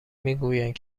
میگویند